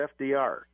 FDR